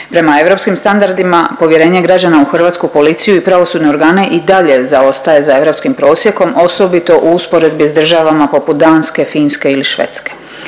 Prema europskim standardima povjerenje građana u Hrvatsku policiju i pravosudne organe i dalje zaostaje za europskim prosjekom osobito u usporedbi s državama poput Danske, Finske ili Švedske.